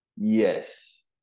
Yes